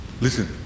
Listen